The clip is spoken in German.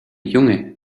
junge